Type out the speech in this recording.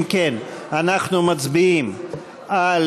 אם כן, אנחנו מצביעים על